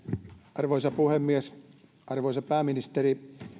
arvoisa puhemies arvoisa pääministeri